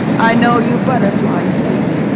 i know you butterfly sweet,